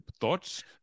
thoughts